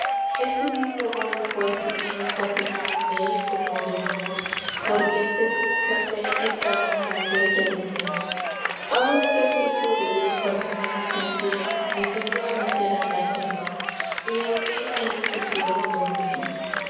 este mundo bueno fue si bien vsasemos del como deuemos porque segun nuestra fe es para ganar aquel que atendemos aun aquel fijo de dios para subirnos al ielo descendio a naer aca entre nos y a biuir en este suelo